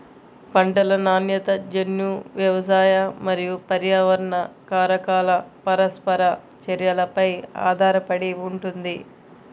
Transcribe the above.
పంటల నాణ్యత జన్యు, వ్యవసాయ మరియు పర్యావరణ కారకాల పరస్పర చర్యపై ఆధారపడి ఉంటుంది